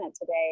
today